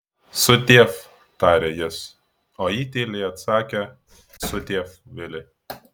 sudiev tarė jis o ji tyliai atsakė sudiev vili